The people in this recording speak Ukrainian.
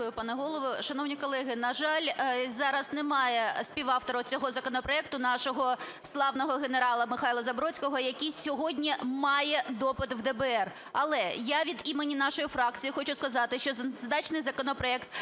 Дякую, пане Голово. Шановні колеги, на жаль, зараз немає співавтора цього законопроекту, нашого славного генерала Михайла Забродського, який сьогодні має допит в ДБР. Але я від імені нашої фракції хочу сказати, що зазначений законопроект